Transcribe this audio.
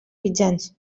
mitjans